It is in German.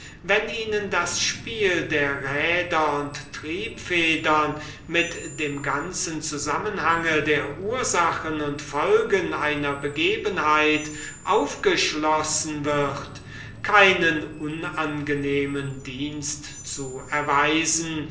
wenn ihnen das spiel der räder und triebfedern mit dem ganzen zusammenhang der ursachen und folgen einer begebenheit aufgeschlossen wird keinen unangenehmen dienst zu erweisen